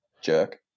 jerk